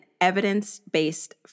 evidence-based